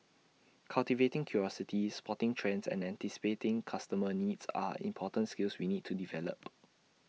cultivating curiosity spotting trends and anticipating customer needs are important skills we need to develop